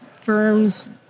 firms